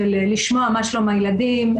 לשמוע מה שלום הילדים,